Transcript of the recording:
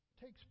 takes